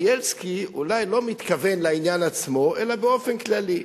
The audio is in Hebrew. בילסקי אולי לא מתכון לעניין עצמו אלא באופן כללי.